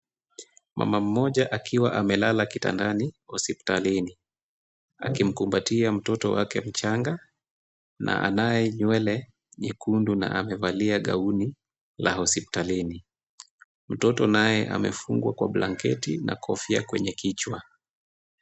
Mama mmoja akiwa amelala kitandani hospitalini akimkumbatia mtoto wake mchanga na anaye nywele nyekundu na amevalia gauni la hospitalini. Mtoto naye amefungwa ama blanketi na kofia kwenye kichwa.